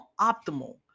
optimal